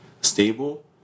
stable